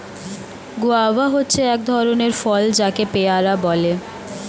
guava হচ্ছে এক ধরণের ফল যাকে পেয়ারা বলে